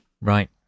Right